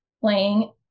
playing